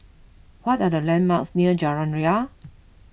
what are the landmarks near Jalan Ria